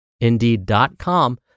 Indeed.com